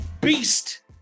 beast